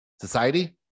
Society